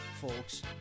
folks